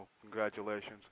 Congratulations